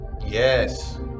Yes